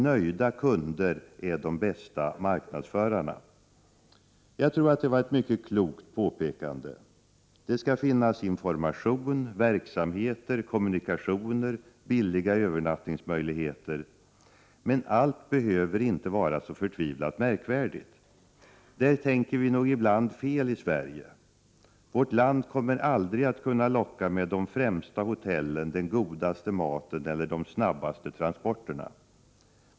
Nöjda kunder är nämligen de bästa marknadsförarna. Jag tror att det var ett mycket klokt påpekande. Det skall finnas information, verksamheter, kommunikationer och billiga övernattningsmöjligheter. Allt behöver dock inte vara så förtvivlat märkvärdigt. Där tänker vi nog i bland fel i Sverige. Vårt land kommer aldrig att kunna locka med det främsta hotellen, den godaste maten eller de snabbaste transporterna.